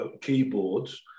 keyboards